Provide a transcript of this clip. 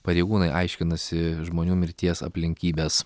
pareigūnai aiškinasi žmonių mirties aplinkybes